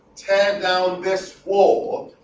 tear down this wall,